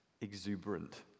exuberant